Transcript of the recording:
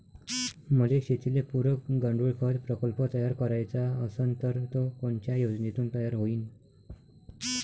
मले शेतीले पुरक गांडूळखत प्रकल्प तयार करायचा असन तर तो कोनच्या योजनेतून तयार होईन?